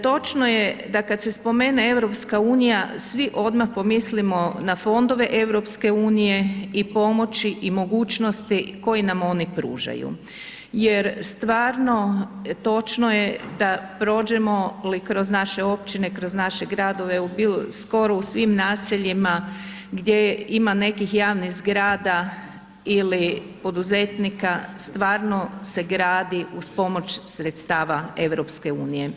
Točno je da kad se spomene EU svi odmah pomislimo na fondove EU i pomoći i mogućnosti koji nam oni pružaju, jer stvarno točno je da prođemo li kroz naše općine, kroz naše gradove u bilo, skoro u svim naseljima gdje ima nekih javnih zgrada ili poduzetnika stvarno se gradi uz pomoć sredstava EU.